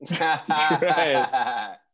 Right